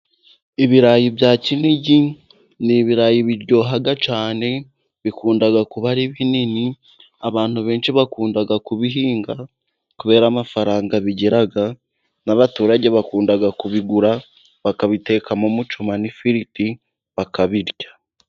Ibirayi bya kinigi ni ibirayi biryoha cyane, bikunda kuba ari binini abantu benshi bakunda kubihinga kubera amafaranga bigira, n'abaturage bakunda kubigura bakabiteka mu mucoma n'ifiriti bakabirya.